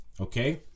okay